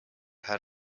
had